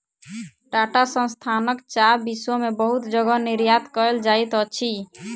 टाटा संस्थानक चाह विश्व में बहुत जगह निर्यात कयल जाइत अछि